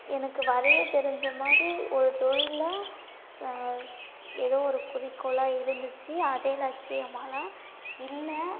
எனக்கு வரைய தெரிந்த மாதிரி ஒரு தொழில்ல ஏதோ ஒரு குறிக்கோளாக இருந்துச்சு அதே லட்சியமாகலாம் இல்லை